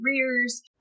careers